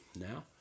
now